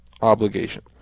obligation